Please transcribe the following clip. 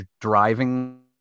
driving